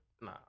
nah